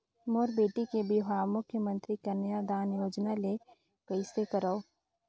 मोर बेटी के बिहाव मुख्यमंतरी कन्यादान योजना ले कइसे करव?